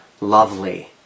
lovely